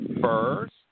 first